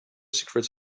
secrets